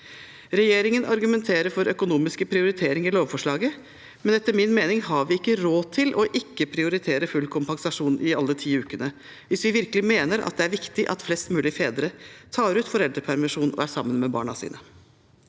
Regjeringen argumenterer for økonomiske prioriteringer i lovforslaget, men etter min mening har vi ikke råd til ikke å prioritere full kompensasjon i alle de ti ukene hvis vi virkelig mener at det er viktig at flest mulig fedre tar ut foreldrepermisjon og er sammen med barna sine.